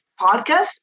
podcast